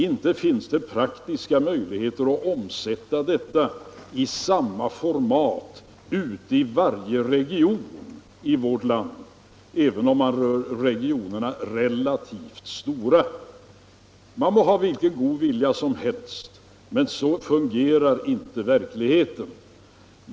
Inte finns det praktiska möjligheter att åstadkomma detsamma i varje region av vårt land, inte ens om man gör regionerna relativt stora. Man må ha hur god vilja som helst — så fungerar inte verkligheten.